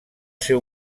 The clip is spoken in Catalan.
ser